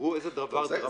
תראו איזה דבר דרמטי.